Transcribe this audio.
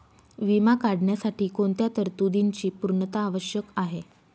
विमा काढण्यासाठी कोणत्या तरतूदींची पूर्णता आवश्यक आहे?